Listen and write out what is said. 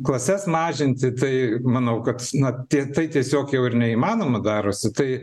klases mažinti tai manau kad na tai tiesiog jau ir neįmanoma darosi tai